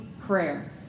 prayer